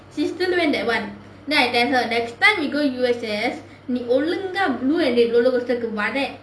sister go that [one] then I tell her next time you go U_S_S நீ ஒழுங்கா:nee ozhungaa blue rollercoaster வரை:varai